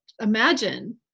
imagine